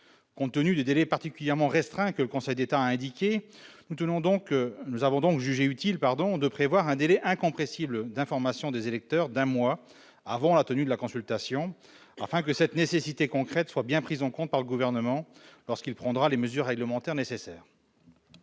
Compte tenu des délais particulièrement resserrés que le Conseil d'État a relevés, nous avons jugé utile de prévoir un délai incompressible d'information des électeurs d'un mois avant la tenue de la consultation, afin que cette nécessité concrète soit bien prise en compte par le Gouvernement lorsqu'il prendra les mesures réglementaires nécessaires.